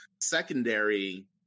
secondary